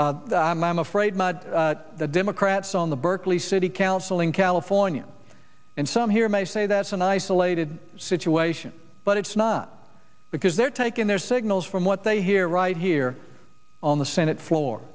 i'm afraid the democrats on the berkeley city council in california and some here may say that's an isolated situation but it's not because they're taking their signals from what they hear right here on the senate floor